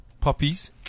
Poppies